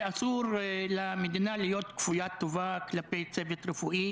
ואסור למדינה להיות כפוית טובה כלפי צוות רפואי,